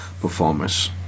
performers